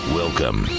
welcome